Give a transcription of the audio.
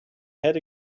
head